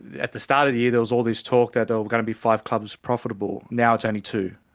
at the start of the year there was all this talk that there were going to be five clubs profitable. now it's only two.